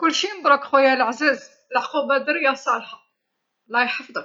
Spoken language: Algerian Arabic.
كلشي مبروك خويا العزيز، العقوبة درية صالحة، الله يحفظك.